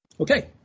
Okay